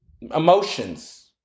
Emotions